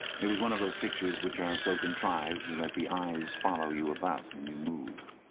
it was one of those pictures which are so contrived that the eyes follow you about when you move.